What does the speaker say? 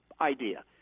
idea